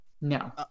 No